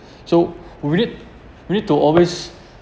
so we need need we need to always